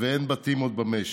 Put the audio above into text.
ואין בתים עוד במשק.